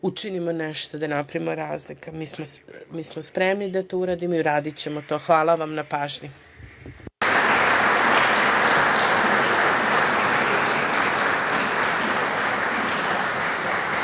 učinimo nešto da napravimo razliku. Mi smo spremni da to uradimo i uradićemo to. Hvala vam na pažnji.